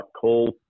call